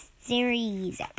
series